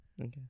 Okay